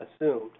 assumed